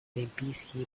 олимпийские